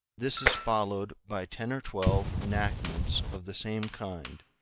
this is followed by ten or twelve enactments of the same kind,